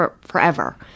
forever